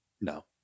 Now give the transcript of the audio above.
No